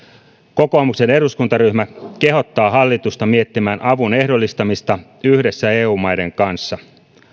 kokoomuksen eduskuntaryhmä kehottaa hallitusta miettimään avun ehdollistamista yhdessä eu maiden kanssa